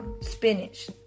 Spinach